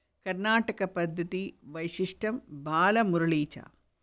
कर्नाटकपद्धति वैशिष्ट्यं बालमुरलि च